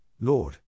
Lord